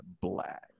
black